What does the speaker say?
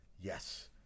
Yes